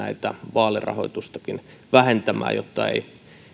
vaalirahoitustakin vähentämään jotta ei